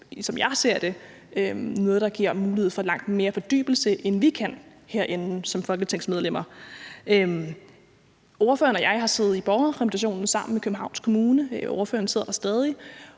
som jeg ser det, noget, der giver mulighed for langt mere fordybelse, end vi kan få herinde som folketingsmedlemmer. Ordføreren og jeg har siddet sammen i Borgerrepræsentationen i Københavns Kommune, og ordføreren sidder der stadig,